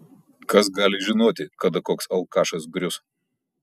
kas gali žinoti kada koks alkašas grius